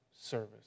Service